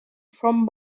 from